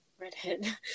redhead